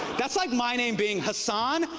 that's like my name being hasan,